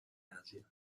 asia